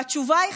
והתשובה היא,